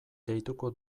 deituko